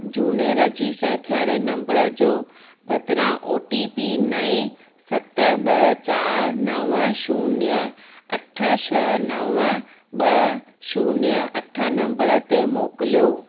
झूने रजिस्टर थियलु नंबर जो बदिरां ओ टी पी नए सत ॿ चारि नव शून्य अठ छह नव ॿ शून्य अठ नंबर ते मोकिलियो